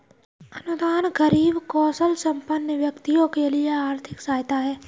अनुदान गरीब कौशलसंपन्न व्यक्तियों के लिए आर्थिक सहायता है